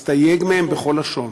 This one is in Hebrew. מסתייג מהם בכל לשון.